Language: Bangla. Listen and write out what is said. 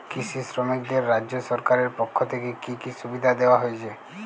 কৃষি শ্রমিকদের রাজ্য সরকারের পক্ষ থেকে কি কি সুবিধা দেওয়া হয়েছে?